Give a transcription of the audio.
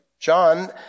John